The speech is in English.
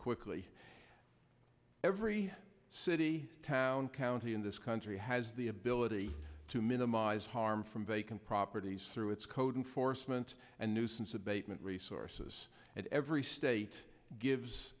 quickly every city town county in this country has the ability to minimize harm from vacant properties through its code enforcement and nuisance abatement resources at every state gives